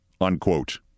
unquote